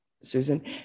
Susan